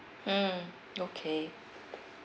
mm okay